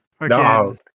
No